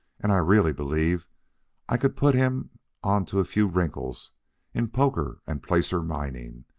and i really believe i could put him on to a few wrinkles in poker and placer mining,